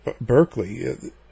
Berkeley